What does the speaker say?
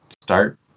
start